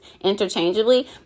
interchangeably